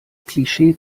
klischee